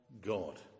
God